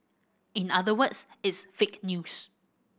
in other words it's fake news